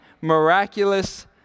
miraculous